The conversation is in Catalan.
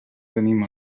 tenim